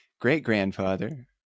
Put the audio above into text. great-grandfather